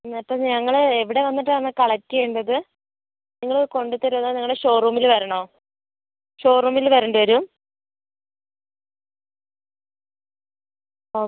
എന്നാൽ അപ്പോൾ ഞങ്ങൾ എവിടെ വന്നിട്ടാണ് കളക്റ്റ് ചെയ്യേണ്ടത് നിങ്ങൾ കൊണ്ട് തരുമോ അതോ ഞങ്ങൾ ഷോറൂമിൽ വരണോ ഷോറൂമിൽ വരേണ്ടിവരുമോ ഓക്കെ